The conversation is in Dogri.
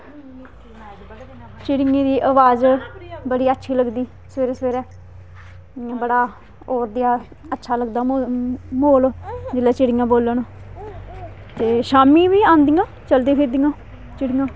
चिडियें दी आबाज बड़ी अच्छी लगदी सबेरे बड़ा होऱ नेहा अच्छा लगदा म्हौल म्हौल जिसलै चिड़ियां बोलन ते शामी बी आंदियां चलदी फिरदियां चिड़ियां